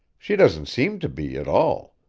she doesn't seem to be, at all.